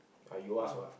uh you ask what